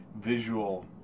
visual